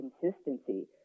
consistency